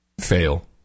Fail